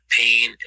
pain